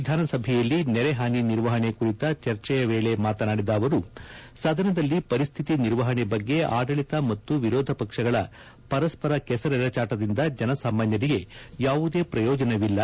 ವಿಧಾನಸಭೆಯಲ್ಲಿ ನೆರೆಹಾನಿ ನಿರ್ವಹಣೆ ಕುರಿತ ಚರ್ಚೆಯ ವೇಳೆ ಮಾತನಾಡಿದ ಅವರು ಸದನದಲ್ಲಿ ಪರಿಸ್ಠಿತಿ ನಿರ್ವಹಣೆ ಬಗ್ಗೆ ಆಡಳಿತ ಮತ್ತು ವಿರೋಧ ಪಕ್ಷಗಳ ಪರಸ್ಪರ ಕೆಸರೆರೆಚಾಟದಿಂದ ಜನಸಾಮಾನ್ಯರಿಗೆ ಯಾವುದೇ ಪ್ರಯೋಜನವಿಲ್ಲ